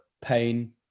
pain